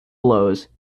blows